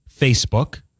Facebook